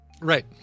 Right